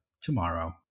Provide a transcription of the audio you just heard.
tomorrow